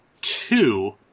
two